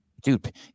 Dude